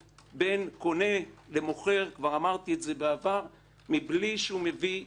בין קונה למוכר כבר אמרתי זאת בעברתי - מבלי שהוא מביא אישור.